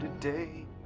today